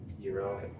zero